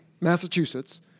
Massachusetts